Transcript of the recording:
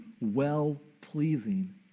well-pleasing